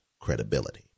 credibility